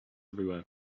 everywhere